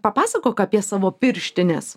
papasakok apie savo pirštines